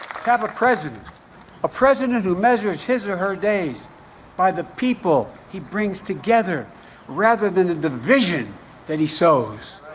have a president a president who measures his or her days by the people he brings together rather than the division that he sows